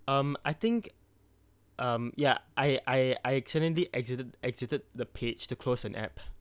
um I think um ya I I I accidentally exited exited the page to close an app